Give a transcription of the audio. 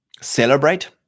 celebrate